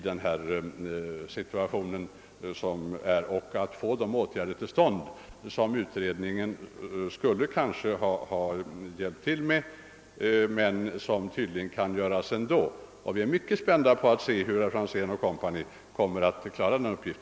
Det kommer att bli mycket spännande att se hur herr Franzén & Co. klarar denna uppgift.